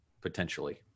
Potentially